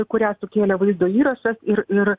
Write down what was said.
kurią sukėlė vaizdo įrašas ir ir